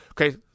Okay